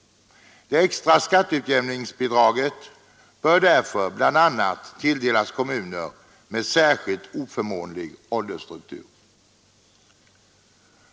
Det extra skatteutjämningsbidraget bör därför bl.a. tilldelas kommuner med särskilt oförmånlig åldersstruktur.